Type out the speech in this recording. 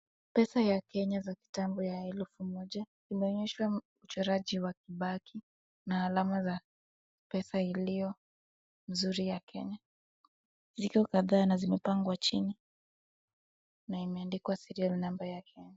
Pesa ya kenya za kitabo ya elfu moja , imeonyeshwa mchoraji wa Kibaki na alama za pesa iliyo nzuri ya kenya . Ziko kadha na zimepangwa chini , na imeandikwa serial number ya Kenya.